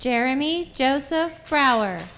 jeremy joseph for our